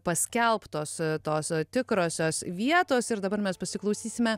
paskelbtos tos tikrosios vietos ir dabar mes pasiklausysime